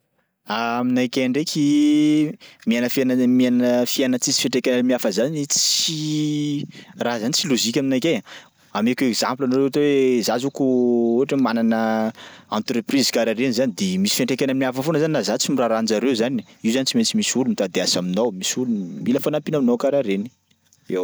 Aminakay ndraiky miaina fiainana miaina fiaina tsisy fiantraika amy hafa zany tsy raha zany tsy lôzika aminakay. Ameko exemple anareo ohatry oe za zao kô ohatra hoe manana entreprise karaha reny zany de misy fiatrainkany amy hafa foana zany na za tsy mba arahan-jareo zany, io zany tsy maintsy misy olo mitady asa aminao, misy olo mila fanampiana aminao karahareny, eo-.